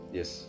yes